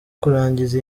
kurangiza